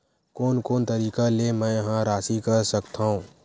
कोन कोन तरीका ले मै ह राशि कर सकथव?